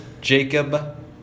Jacob